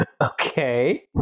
Okay